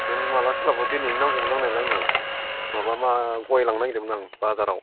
नों माला सोलाबगोन दिनैनो नांगौमोन नांनायाला आंनो माबा मा गय लांनो नागिरदोंमोन आं बाजाराव